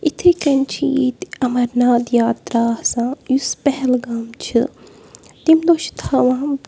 اِتھَے کٔنۍ چھِ ییٚتہِ اَمرناتھ یاترا آسان یُس پہلگام چھِ تمہِ دۄہ چھِ تھاوان